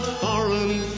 foreign